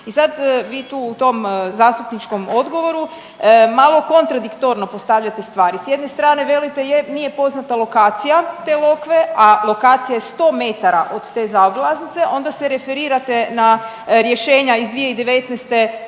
I sad vi tu u tom zastupničkom odgovoru malo kontradiktorno postavljate stvari, s jedne strane velite nije poznata lokacije te lokve, a lokacija je 100 metara od te zaobilaznice, a onda se referirate na rješenja iz 2019. o